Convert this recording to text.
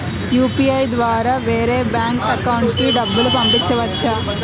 UPI ద్వారా వేరే bank account లోకి డబ్బులు పంపించవచ్చా?